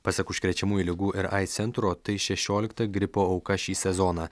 pasak užkrečiamųjų ligų ir aids centro tai šešiolikta gripo auka šį sezoną